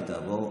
והיא תעבור,